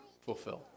fulfill